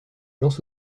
lance